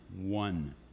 one